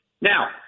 Now